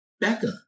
Becca